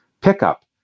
pickup